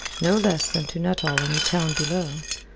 no less than to nuttall in the town below.